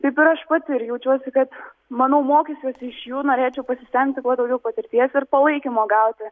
kaip ir aš pati ir jaučiuosi kad manau mokysiuosi iš jų norėčiau pasisemti kuo daugiau patirties ir palaikymo gauti